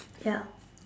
ya